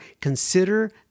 consider